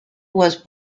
was